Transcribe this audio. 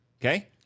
okay